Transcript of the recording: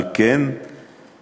על כן החלטת